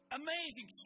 amazing